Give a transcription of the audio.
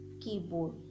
keyboard